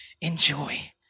Enjoy